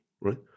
right